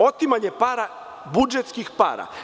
Otimanje para, budžetskih para.